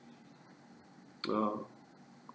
well